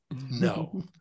No